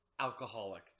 alcoholic